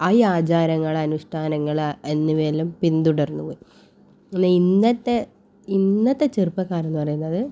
ആ ഈ ആചാരങ്ങളെ അനുഷ്ഠാനങ്ങൾ എന്നിവയെല്ലാം പിന്തുടർന്നു പോയി എന്നാൽ ഇന്നത്തെ ഇന്നത്തെ ചെറുപ്പകാരെന്ന് പറയുന്നത്